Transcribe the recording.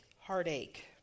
heartache